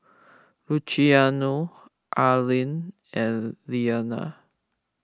Luciano Arlen and Iyanna